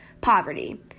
poverty